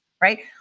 right